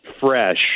fresh